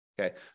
Okay